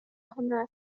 هناك